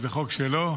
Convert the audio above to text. וזה חוק שלו,